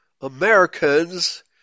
Americans